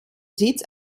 sitz